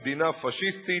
למדינה פאשיסטית,